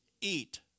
eat